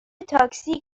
تاکسی